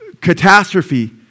catastrophe